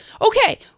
okay